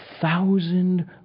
thousand